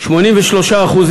83.5%